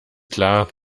klar